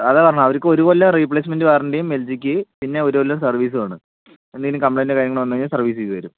അതാണ് പറഞ്ഞത് അവർക്ക് ഒരു കൊല്ലം റീപ്ലേസ്മെൻ്റ് വാറൻ്റിയും എൽ ജിക്ക് പിന്നെയൊരു കൊല്ലം സർവീസും ആണ് എന്തെങ്കിലും കംപ്ളേയിൻ്റോ കാര്യങ്ങളോ വന്നു കഴിഞ്ഞാൽ സർവീസ് ചെയ്തു തരും